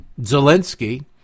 Zelensky